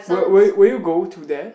will will will you go to there